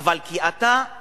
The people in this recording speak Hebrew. אבל אתה מפחד,